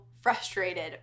frustrated